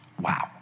Wow